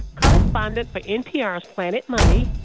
correspondent for npr's planet money,